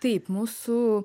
taip mūsų